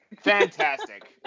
Fantastic